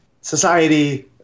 society